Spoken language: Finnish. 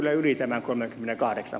arvoisa puhemies